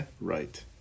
right